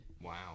Wow